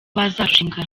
bazarushinga